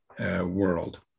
world